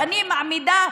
תודה רבה.